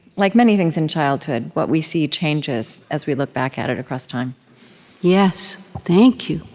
like many things in childhood, what we see changes as we look back at it across time yes. thank you.